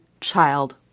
child